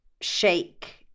shake